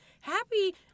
Happy